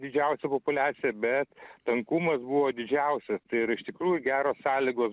didžiausia populiacija bet tankumas buvo didžiausias tai yra iš tikrųjų geros sąlygos